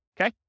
okay